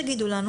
תגידו לנו,